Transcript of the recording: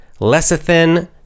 Lecithin